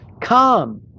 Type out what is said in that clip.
Come